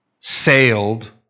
sailed